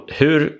hur